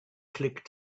click